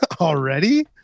already